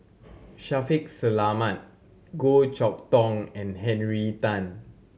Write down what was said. Shaffiq Selamat Goh Chok Tong and Henry Tan